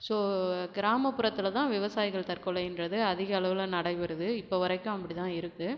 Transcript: so கிராமபுரத்தில் தான் விவசாயிகள் தற்கொலைன்றது அதிக அளவில் நடைபெறுவது இப்போ வரைக்கும் அப்படி தான் இருக்குது